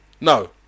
No